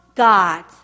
God